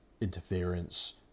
interference